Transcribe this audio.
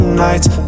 nights